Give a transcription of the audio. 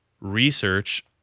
Research